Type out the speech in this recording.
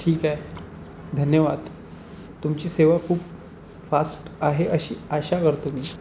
ठीक आहे धन्यवाद तुमची सेवा खूप फास्ट आहे अशी आशा करतो मी